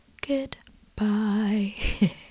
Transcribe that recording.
Goodbye